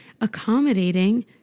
accommodating